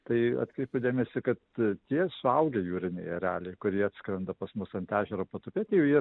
tai atkreipiu dėmesį kad tie suaugę jūriniai ereliai kurie atskrenda pas mus ant ežero patupėt jau jie